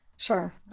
Sure